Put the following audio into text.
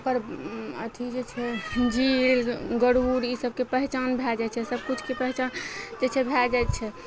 ओकर अथी जे छै चील गरूर ई सबके पहचान भए जाइ छै सबकिछुके पहिचान जे छै भए जाइ छै